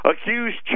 accused